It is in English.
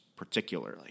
particularly